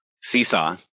Seesaw